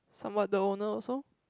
somewhat the owner also